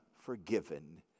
forgiven